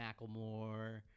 Macklemore